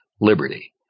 liberty